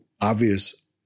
obvious